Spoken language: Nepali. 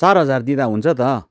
चार हजार दिँदा हुन्छ त